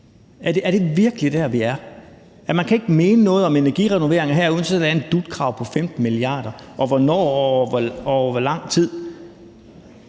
Er det virkelig der, vi er? Man kan ikke mene noget om energirenoveringer, uden at der er et eller andet dut-krav på 15 mia. kr. – og hvornår og hvor lang tid?